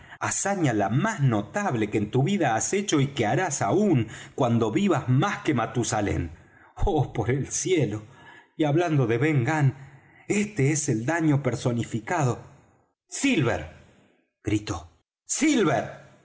hazaña la más notable que en tu vida has hecho y que harás aun cuando vivas más que matusalém oh por el cielo y hablando de ben gunn este es el daño personificado silver gritó silver